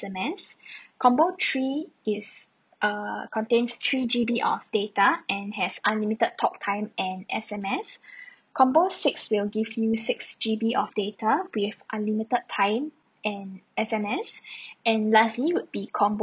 S_M_S combo three is err contains three G_B of data and have unlimited talk time and S_M_S combo six will give you six G_B of data with unlimited time and S_M_S and lastly would be combo